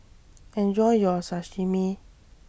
Enjoy your Sashimi